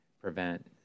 prevent